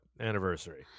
anniversary